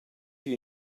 you